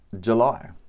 July